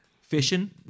fishing